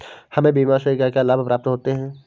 हमें बीमा से क्या क्या लाभ प्राप्त होते हैं?